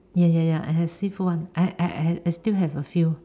ya ya ya I have seafood one I I I I still have a few